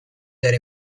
their